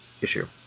issue